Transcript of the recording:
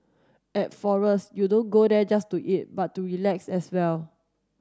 at Forest you don't go there just to eat but to relax as well